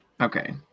Okay